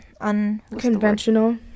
unconventional